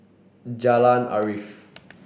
Jalan Arif